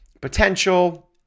potential